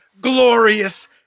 glorious